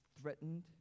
threatened